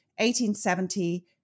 1870